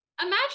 Imagine